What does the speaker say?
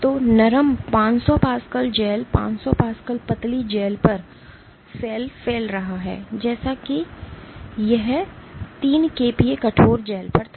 तो नरम 500 pascal gel 500 pascal पतली जेल पर सेल फैल रहा है जैसे कि यह 3 केपीए कठोर जेल पर था